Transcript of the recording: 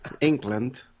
England